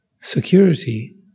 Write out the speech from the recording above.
security